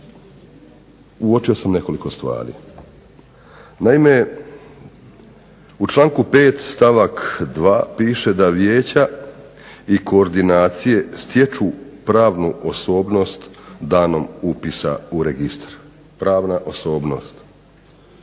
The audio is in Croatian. uočio sam nekoliko stvari. Naime, u članku 5. stavak 2. piše da vijeća i koordinacije stječu pravnu osobnost danom upisa u registar. Pravna osobnost.